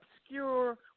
obscure